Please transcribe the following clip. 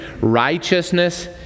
Righteousness